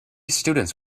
students